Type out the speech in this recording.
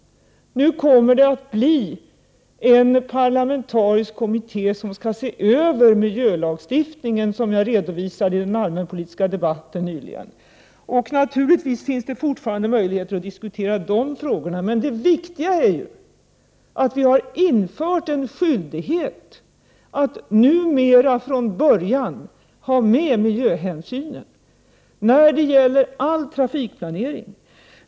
Nu kommer det, som jag redovisade i den allmänpolitiska debatten nyligen, att bli en parlamentarisk kommitté som skall se över miljölagstiftningen. Naturligtvis finns det fortfarande möjligheter att diskutera de frågorna, men det viktiga är att vi numera infört en skyldighet att från början ha med miljöhänsyn när det gäller all trafikplanering.